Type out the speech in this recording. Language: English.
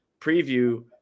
preview